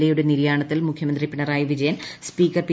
A യുടെ നിര്യാണത്തിൽ മുഖ്യമന്ത്രി പിണറായി വിജയൻ സ്പീക്കർ പി